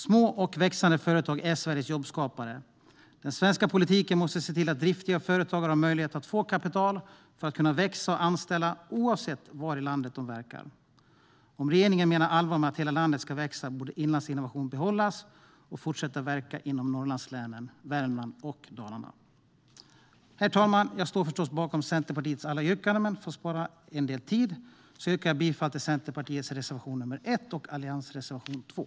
Små och växande företag är Sveriges jobbskapare. Den svenska politiken måste se till att driftiga företagare har möjlighet att få kapital för att kunna växa och anställa oavsett var i landet de verkar. Om regeringen menar allvar med att hela landet ska växa borde Inlandsinnovation behållas och fortsätta verka inom Norrlandslänen, Värmland och Dalarna. Herr talman! Jag står förstås bakom Centerpartiets alla reservationer, men för att spara en del tid yrkar jag bifall endast till Centerpartiets reservation nr 1 och till alliansreservationen nr 2.